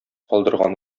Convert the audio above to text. калдырган